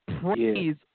praise